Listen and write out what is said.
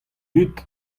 dud